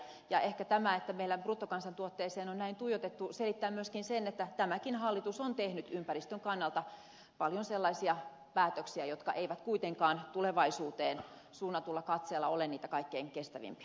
ja ehkä tämä että meillä bruttokansantuotteeseen on näin tuijotettu selittää myöskin sen että tämäkin hallitus on tehnyt ympäristön kannalta paljon sellaisia päätöksiä jotka eivät kuitenkaan tulevaisuuteen suunnatulla katseella ole niitä kaikkein kestävimpiä